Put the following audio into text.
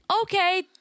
okay